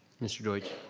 mr. deutsch.